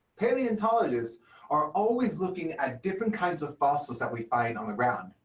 paleontologists are always looking at different kinds of fossils that we find on the ground,